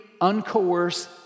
uncoerced